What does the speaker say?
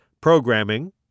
programming